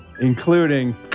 including